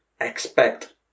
expect